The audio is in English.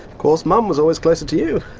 course, mum was always closer to you.